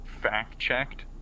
fact-checked